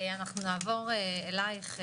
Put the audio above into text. נעבור אליך,